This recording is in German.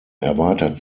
erweitert